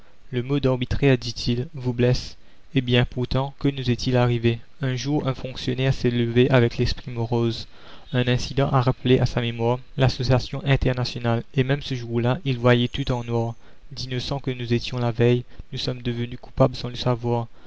le mot d'arbitraire dit-il vous blesse eh bien pourtant que nous est-il arrivé un jour un fonctionnaire s'est levé avec l'esprit morose un incident a rappelé à sa mémoire l'association la commune internationale et même ce jour-là il voyait tout en noir d'innocents que nous étions la veille nous sommes devenus coupables sans le savoir